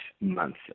months